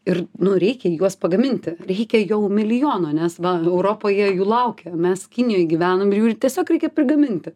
ir nu reikia juos pagaminti reikia jau milijono nes vakarų europoje jų laukia mes kinijoj gyvenom ir tiesiog reikia prigaminti